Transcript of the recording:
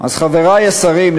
אז חברי השרים,